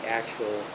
actual